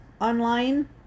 online